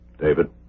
David